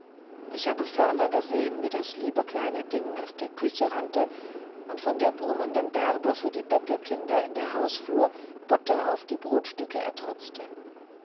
ich habe ferner gesehen wie das liebe kleine ding nach der küche rannte und von der brummenden bärbe für die bettelkinder in der hausflur butter auf die brotstücken ertrotzte